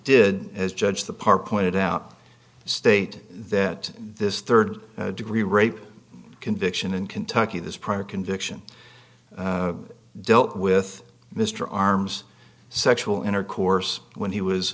did as judge the park pointed out state that this rd degree rape conviction in kentucky this prior conviction dealt with mr arms sexual intercourse when he was